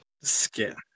skin